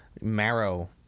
marrow